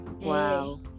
Wow